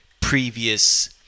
previous